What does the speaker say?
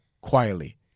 Quietly